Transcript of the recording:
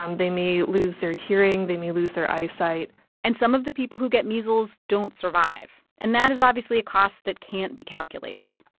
um they may lose their hearing. they may lose their eyesight and some of the people who get measles don't survive. and that is obviously a cost that can't be calculated.